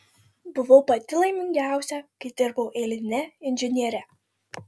buvau pati laimingiausia kai dirbau eiline inžiniere